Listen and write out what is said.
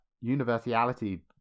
universality